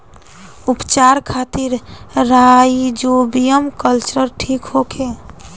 उपचार खातिर rhizobium culture ठीक होखे?